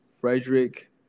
Frederick